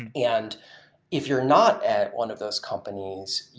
and and if you're not at one of those companies,